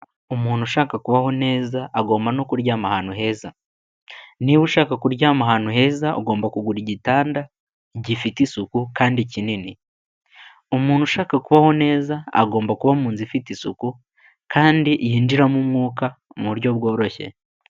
Umuntu ushaka kubaho neza agomba no kuryama ahantu heza, niba ushaka kuryama ahantu heza ugomba kugura igitanda gifite isuku kandi kinini. Umuntu ushaka kubaho neza agomba kuba mu nzu ifite isuku kandi yinjiramo umwuka mu buryo bworoshye.